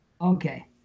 Okay